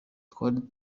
twari